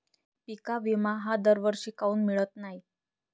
पिका विमा हा दरवर्षी काऊन मिळत न्हाई?